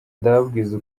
ndababwiza